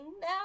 now